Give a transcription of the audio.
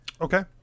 Okay